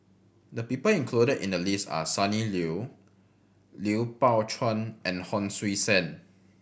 the people included in the list are Sonny Liew Lui Pao Chuen and Hon Sui Sen